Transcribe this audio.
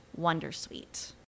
wondersuite